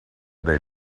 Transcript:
they